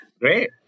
great